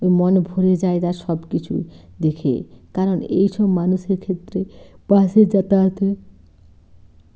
ওই মন ভরে যায় তার সব কিছু দেখে কারণ এই সব মানুষের ক্ষেত্রে বাসে যাতায়াতে